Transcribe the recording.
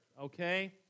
okay